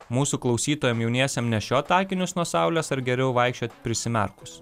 mūsų klausytojam jauniesiem nešiot akinius nuo saulės ar geriau vaikščiot prisimerkus